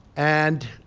and